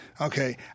Okay